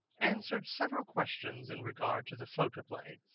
answered several questions in regard to the photoplay.